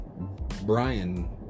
Brian